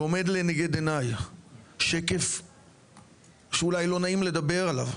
ועומד לנגד עיני שקף שאולי לא נעים לדבר עליו,